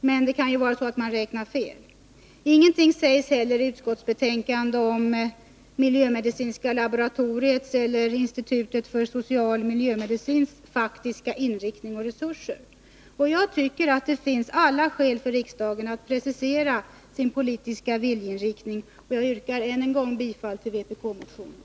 Men det kan vara så att man räknar fel. Ingenting sägs heller i utskottsbetänkandet om miljömedicinska laboratoriets eller institutets för psykosocial miljömedicin faktiska inriktning och resurser. Jag tycker att det finns all anledning att precisera sin politiska viljeinriktning, och jag yrkar ännu en gång bifall till vpk-motionen.